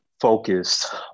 focused